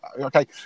okay